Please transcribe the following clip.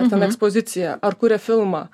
ar ten ekspoziciją ar kuria filmą